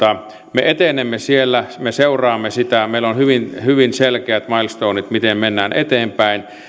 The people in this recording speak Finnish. me etenemme siellä me seuraamme sitä meillä on hyvin hyvin selkeät milestonet miten mennään eteenpäin